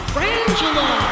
Frangela